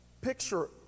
picture